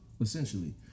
essentially